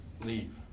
leave